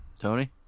Tony